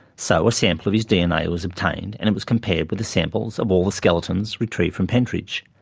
so a sample of his dna was obtained and it was compared with the samples of all the skeletons retrieved from pentridge.